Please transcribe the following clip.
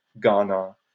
Ghana